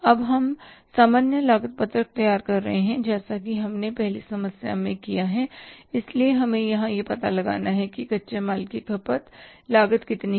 अब हम सामान्य लागत पत्रक तैयार कर रहे हैं जैसा कि हमने पहली समस्या में किया है इसलिए लेकिन हमें यहां यह पता लगाना है कि कच्चे माल की खपत लागत कितनी है